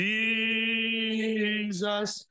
Jesus